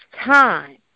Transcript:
time